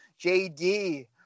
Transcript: jd